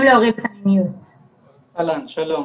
אהלן, שלום.